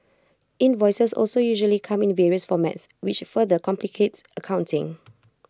invoices also usually come in various formats which further complicates accounting